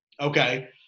Okay